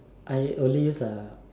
I only use a